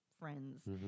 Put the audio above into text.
friends